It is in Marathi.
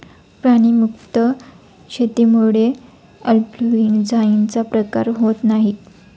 प्राणी मुक्त शेतीमुळे इन्फ्लूएन्झाचा प्रसार होत नाही